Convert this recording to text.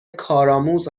کارآموز